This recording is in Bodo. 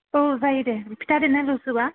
औ जायो दे फिथा देनाय ल'सो बा